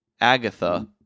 Agatha